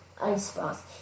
icebox